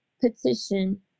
petition